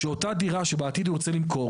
שאותה דירה שבעתיד הוא ירצה למכור,